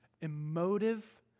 emotive